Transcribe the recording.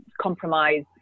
compromise